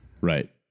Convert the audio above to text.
Right